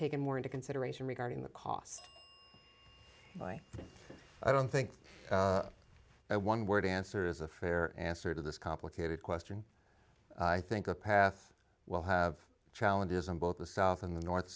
taken more into consideration regarding the cost i don't think that one word answer is a fair answer to this complicated question i think a path will have challenges on both the south and the north